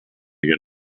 you